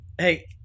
Hey